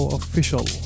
official